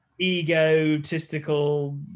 Egotistical